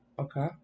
Okay